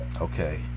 okay